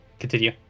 continue